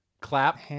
Clap